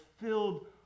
filled